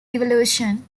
evolution